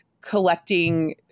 collecting